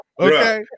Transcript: okay